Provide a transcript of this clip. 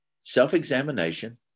Self-examination